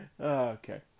Okay